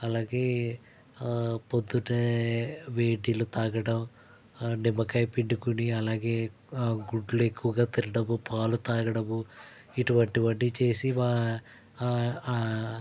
అలాగే పొద్దున్నే వేడినీళ్ళు తాగడం నిమ్మకాయ పిండుకొని అలాగే గుడ్లు ఎక్కువగా తినడము పాలు తాగడమూ ఇటువంటివన్నీ చేసి వా ఆ ఆ